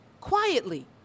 quietly